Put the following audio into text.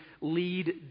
lead